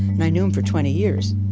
and i knew him for twenty years